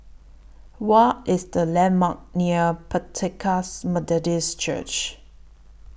What IS The landmarks near Pentecost Methodist Church